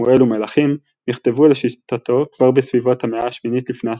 שמואל ומלכים נכתבו לשיטתו כבר בסביבות המאה ה-8 לפנה"ס,